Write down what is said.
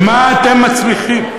במה אתם מצליחים?